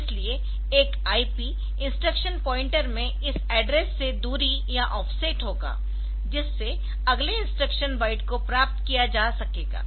इसलिए एक IP instruction pointer में इस एड्रेस से दूरी या ऑफसेट होगा जिससे अगले इंस्ट्रक्शन बाइट को प्राप्त किया जा सकेगा